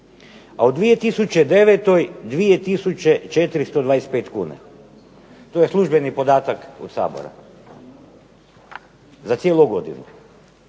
A u 2009. 2425 kuna. To je službeni podatak od Sabora za cijelu godinu.